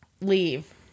leave